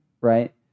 right